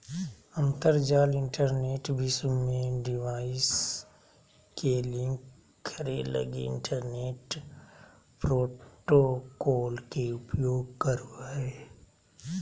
अंतरजाल इंटरनेट विश्व में डिवाइस के लिंक करे लगी इंटरनेट प्रोटोकॉल के उपयोग करो हइ